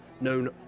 known